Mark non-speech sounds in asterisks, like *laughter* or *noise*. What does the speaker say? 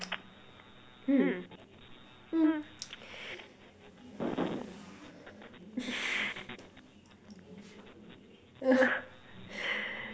*noise* hmm hmm *noise* *laughs*